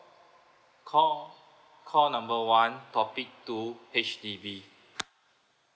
call call number one topic two H_D_B